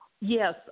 Yes